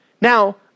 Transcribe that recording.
Now